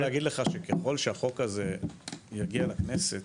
להגיד לך שככל שהחוק הזה יגיע לכנסת,